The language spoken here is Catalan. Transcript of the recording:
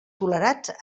tolerats